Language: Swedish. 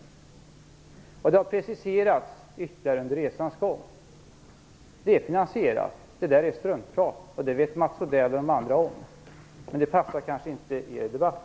Under resans gång har det gjorts ytterligare preciseringar. Det är alltså klart med finansieringen. Allt annat är struntprat, och det vet Mats Odell och andra om. Men det passar kanske inte er debatt.